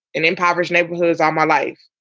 in impoverished neighborhoods ah my life.